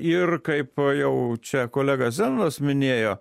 ir kaip jau čia kolega zenonas minėjo